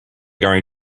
going